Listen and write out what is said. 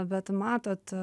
bet matot